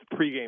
pregame